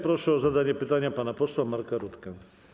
Proszę o zadanie pytania pana posła Marka Rutkę.